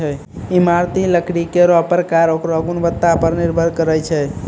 इमारती लकड़ी केरो परकार ओकरो गुणवत्ता पर निर्भर करै छै